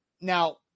Now